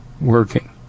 working